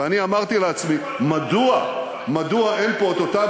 ואני אמרתי לעצמי: מדוע אין פה את אותם